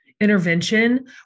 intervention